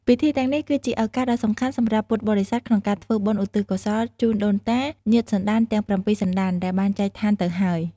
ពិធីទាំងនេះ គឺជាឱកាសដ៏សំខាន់សម្រាប់ពុទ្ធបរិស័ទក្នុងការធ្វើបុណ្យឧទ្ទិសកុសលជូនដូនតា ញាតិសន្តានទាំងប្រាំពីរសន្តានដែលបានចែកឋានទៅហើយ។